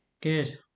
Good